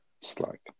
Slack